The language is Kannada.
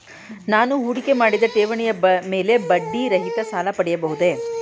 ನಾನು ಹೂಡಿಕೆ ಮಾಡಿದ ಠೇವಣಿಯ ಮೇಲೆ ಬಡ್ಡಿ ರಹಿತ ಸಾಲ ಪಡೆಯಬಹುದೇ?